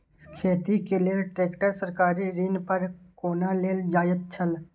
खेती के लेल ट्रेक्टर सरकारी ऋण पर कोना लेल जायत छल?